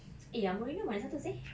eh amorino yang mana satu seh